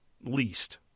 least